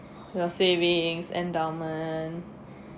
your savings endowment